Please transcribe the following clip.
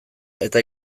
eta